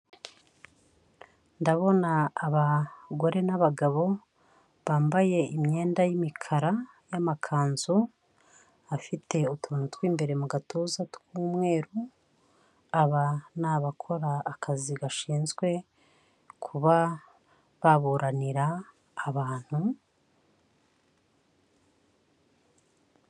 Ndabona abagore n'abagabo bambaye imyenda y'imikara y'amakanzu, afite utuntu tw'imbere mu gatuza tw'umweru, aba ni abakora akazi gashinzwe kuba baburanira abantu.